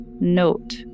note